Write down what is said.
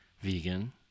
Vegan